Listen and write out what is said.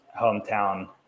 hometown